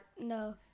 No